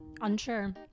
Unsure